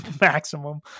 maximum